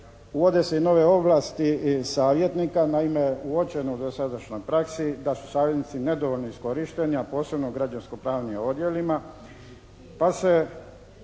Uvode se i nove ovlasti i savjetnika. Naime, u uočenoj sadašnjoj praksi da su savjetnici nedovoljno iskorišteni, a posebno građansko pravnim odjelima